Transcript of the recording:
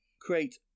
create